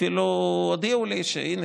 אפילו הודיעו לי: הינה,